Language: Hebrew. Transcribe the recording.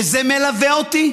וזה מלווה אותי.